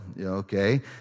okay